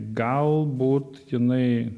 galbūt jinai